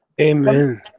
Amen